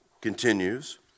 continues